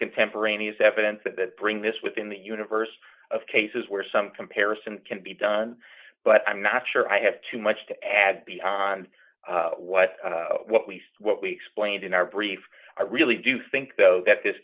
contemporaneous evidence that bring this within the universe of cases where some comparison can be done but i'm not sure i have too much to add beyond what what we what we explained in our brief i really do think though that this